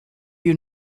you